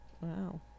Wow